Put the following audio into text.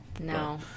No